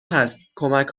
هست، کمک